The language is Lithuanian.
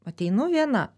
ateinu viena